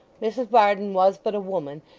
mrs varden was but a woman,